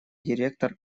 директор